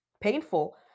painful